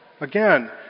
again